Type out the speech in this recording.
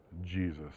Jesus